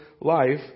life